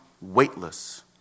weightless